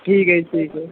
ਠੀਕ ਹੈ ਜੀ ਠੀਕ ਹੈ